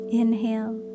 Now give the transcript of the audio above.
inhale